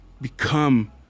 become